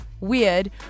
weird